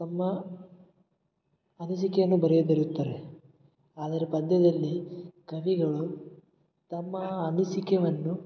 ತಮ್ಮ ಅನಿಸಿಕೆಯನ್ನು ಬರೆಯದಿರುತ್ತಾರೆ ಆದರೆ ಪದ್ಯದಲ್ಲಿ ಕವಿಗಳು ತಮ್ಮ ಅನಿಸಿಕೆಯನ್ನು